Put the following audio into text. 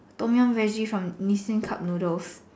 Tom Yum Veggie from Nissin cup noodles